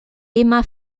emma